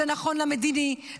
זה נכון למדיני,